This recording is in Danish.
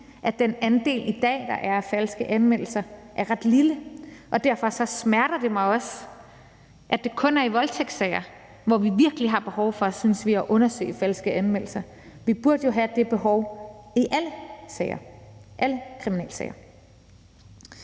at den andel, der i dag er af falske anmeldelser, er ret lille, og derfor smerter det mig også, at det kun er i voldtægtssager, hvor vi virkelig har behov for, synes vi, at undersøge falske anmeldelser. Vi burde jo have det behov i alle sager,